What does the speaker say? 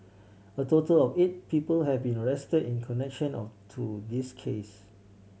a total of eight people have been arrested in connection or to this case